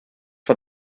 for